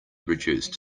reduced